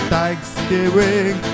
Thanksgiving